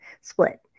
split